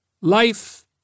Life